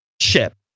ship